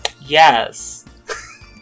Yes